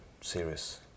serious